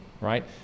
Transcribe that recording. right